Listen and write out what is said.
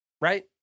right